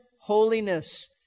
holiness